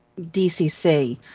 DCC